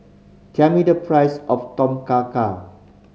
tell me the price of Tom Kha Gai